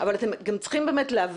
אבל אתם גם צריכים להבין,